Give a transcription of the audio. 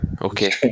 Okay